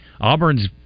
Auburn's